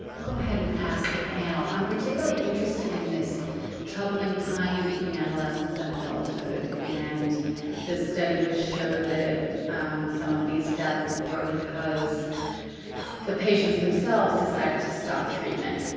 i'll go ahead and ask the panel, i'm particularly interested in this troubling time between adolescence and adulthood, and the study which showed that some of these deaths were because the patients themselves decided to stop treatment.